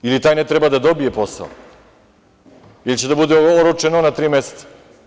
Ili taj ne treba da dobije posao, jer će da bude oročeno na tri meseca?